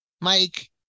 Mike